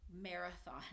marathon